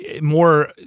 more